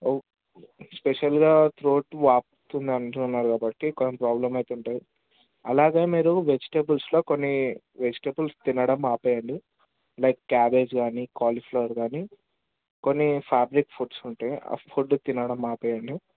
ఓ స్పెషల్గా థ్రోట్ వాపుతుంది అంటున్నారు కాబట్టి కానీ ప్రాబ్లం అయితే ఉంటుంది అలాగే మీరు వెజిటేబుల్స్లో కొన్ని వెజిటేబుల్స్ తినడం ఆపేయండి లైక్ క్యాబేజ్ కానీ కాలీఫ్లవర్ కానీ కొన్ని ఫ్యాబ్రిక్ ఫుడ్స్ ఉంటాయి ఆ ఫుడ్ తినడం ఆపేయండి